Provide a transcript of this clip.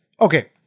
Okay